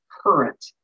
current